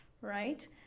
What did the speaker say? right